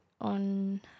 on